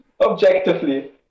objectively